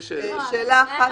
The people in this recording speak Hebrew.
שאלה אחת אם